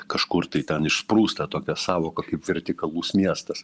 kažkur tai ten išsprūsta tokia sąvoka kaip vertikalus miestas